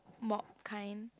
mop kind